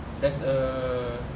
there's uh